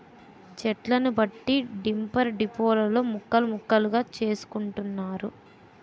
చెట్లను బట్టి టింబర్ డిపోలలో ముక్కలు ముక్కలుగా చేసుకుంటున్నారు